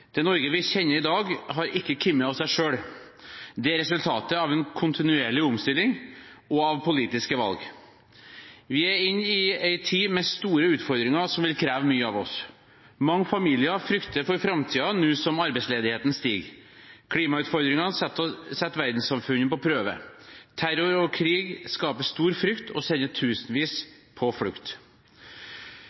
Det Norge vi kjenner i dag, har ikke kommet av seg selv, det er resultatet av en kontinuerlig omstilling og av politiske valg. Vi er inne i en tid med store utfordringer som vil kreve mye av oss. Mange familier frykter for framtiden nå som arbeidsledigheten stiger. Klimautfordringene setter verdenssamfunnet på prøve. Terror og krig skaper stor frykt og sender tusenvis på flukt.